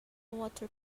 water